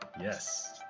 yes